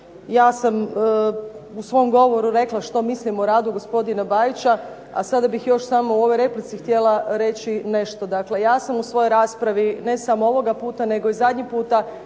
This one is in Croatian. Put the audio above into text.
Ja sam u svom govoru rekla što mislim o radu gospodina Bajića, a sada bih još samo u ovoj replici htjela reći nešto dakle. Ja sam u svojoj raspravi ne samo ovoga puta, nego i zadnji puta